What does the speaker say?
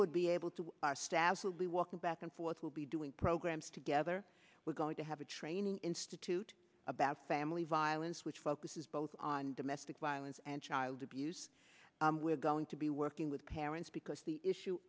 would be able to our staff will be walking back and forth will be doing programs together we're going to have a training institute about family violence which focuses both on domestic violence and child abuse we're going to be working with parents because the issue